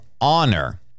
honor